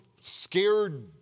scared